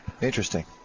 Interesting